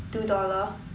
two dollar